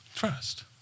Trust